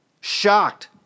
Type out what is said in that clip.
shocked